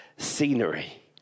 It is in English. scenery